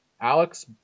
Alex